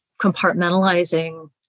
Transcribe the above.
compartmentalizing